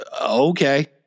okay